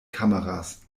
kameras